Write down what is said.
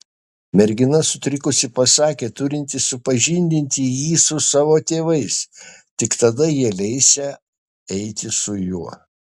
mergina sutrikusi pasakė turinti supažindinti jį su savo tėvais tik tada jie leisią eiti su juo